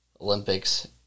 Olympics